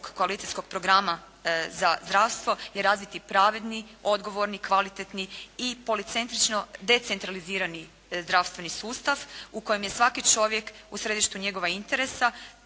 koalicijskog programa za zdravstvo je razviti pravedni, odgovorni, kvalitetni i policentrično decentralizirani zdravstveni sustav u kojem je svaki čovjek u središtu njegova interesa